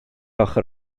ochr